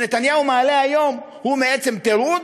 שנתניהו מעלה היום, הוא בעצם תירוץ,